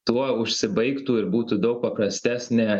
tuo užsibaigtų ir būtų daug paprastesnė